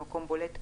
במקום בולט,